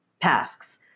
tasks